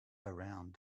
around